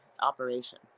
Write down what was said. operation